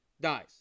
dies